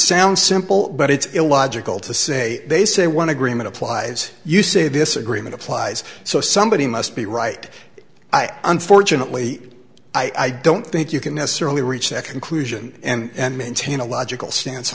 sounds simple but it's illogical to say they say one agreement applies you say this agreement applies so somebody must be right i unfortunately i don't think you can necessarily reach second clue jand and maintain a logical stance